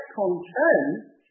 content